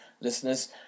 listeners